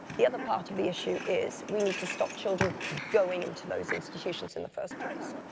the other part of the issue is we need to stop children going into those institutions in the first place,